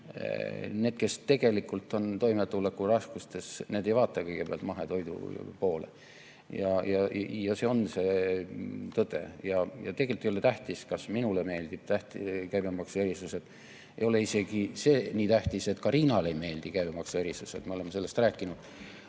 Need, kes tegelikult on toimetulekuraskustes, ei vaata kõigepealt mahetoidu poole. See on tõde. Tegelikult ei ole tähtis, kas minule meeldivad käibemaksuerisused, isegi see ei ole nii tähtis, et ka Riinale ei meeldi käibemaksuerisused. Me oleme sellest rääkinud.